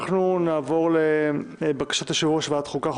אנחנו נעבור לבקשת יושב-ראש ועדת החוקה,